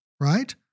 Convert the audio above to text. right